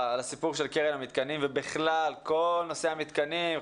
לגבי קרן המתקנים ובכלל כל נושא המתקנים.